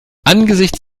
angesichts